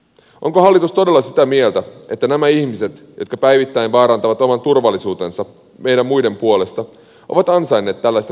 onko hallitus todella sitä mieltä että nämä ihmiset jotka päivittäin vaarantavat oman turvallisuutensa meidän muiden puolesta ovat ansainneet tällaista kohtelua